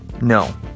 No